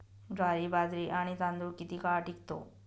ज्वारी, बाजरी आणि तांदूळ किती काळ टिकतो?